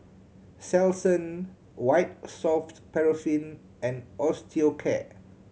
Selsun White Soft Paraffin and Osteocare